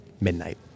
midnight